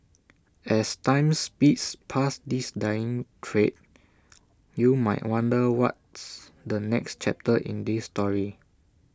as time speeds past this dying trade you might wonder what's the next chapter in this story